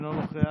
אינו נוכח,